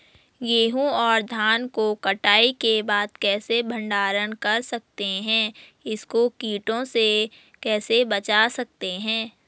गेहूँ और धान को कटाई के बाद कैसे भंडारण कर सकते हैं इसको कीटों से कैसे बचा सकते हैं?